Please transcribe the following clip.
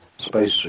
spacesuit